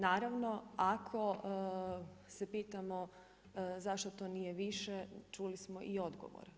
Naravno, ako se pitamo zašto to nije više, čuli smo i odgovor.